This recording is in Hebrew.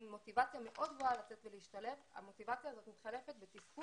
עם מוטיבציה מאוד גבוהה לצאת ולהשתלב המוטיבציה הזו מתחלפת בתסכול